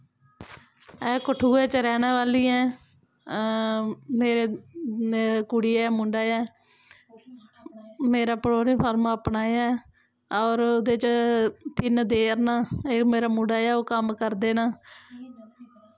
अस कठुए च रैह्ने वाले आं मेरी कुड़ी ऐ मुंडा ऐ मेरा पोल्ट्री फार्म अपना ऐ होर ओह्दे च तिन देर न जेह्ड़े मेरे मुड़े ऐ ओह् कम्म करदे न